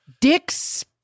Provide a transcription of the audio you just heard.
Dick's